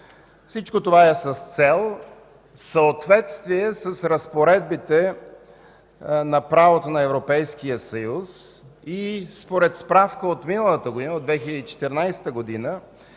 Всичко това е с цел в съответствие с разпоредбите на правото на Европейския съюз и според справка от миналата година, от 2014 г.